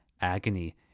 agony